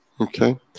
Okay